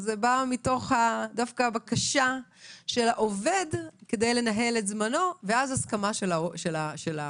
זה בא דווקא מתוך הבקשה של העובד לנהל את זמנו ואז הסכמה של המעסיק.